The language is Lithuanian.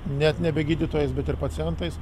net nebe gydytojais bet ir pacientais